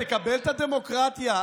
תכבד את הדמוקרטיה.